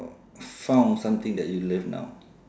found something that you love now